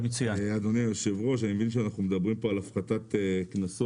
אדוני היושב ראש אני מבין שאנחנו מדברים פה על הפחתת קנסות,